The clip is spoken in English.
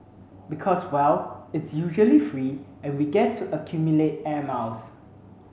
because well it's usually free and we get to accumulate air miles